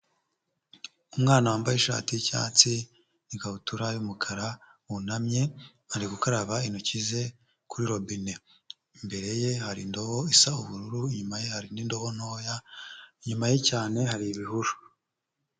Umwana wambaye ishati y'icyatsi n'ikabutura y'umukara yunamye ari gukaraba intoki ze kuri robine, imbere ye hari indobo isa ubururu inyuma ye hari n'indobo ntoya, inyuma ye cyane hari ibihuru.